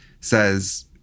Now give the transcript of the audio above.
says